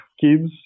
kids